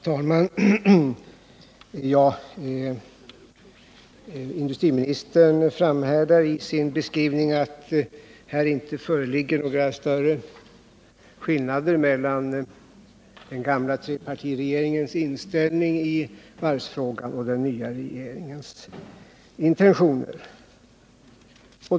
Herr talman! Industriministern framhärdar i sin beskrivning att här inte föreligger några större skillnader mellan den gamla trepartiregeringens inställning i varvsfrågan och den nya regeringens intentioner.